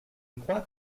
crois